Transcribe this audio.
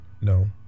no